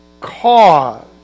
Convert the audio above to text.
cause